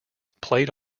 played